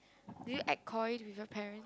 do you act coy with your parent